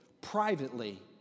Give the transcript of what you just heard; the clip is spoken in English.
privately